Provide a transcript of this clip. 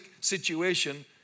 situation